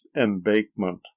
embankment